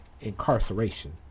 incarceration